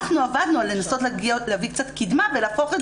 אנחנו עבדנו על לנסות להביא קצת קידמה ולהפוך את